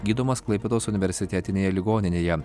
gydomas klaipėdos universitetinėje ligoninėje